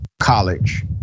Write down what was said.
college